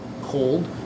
cold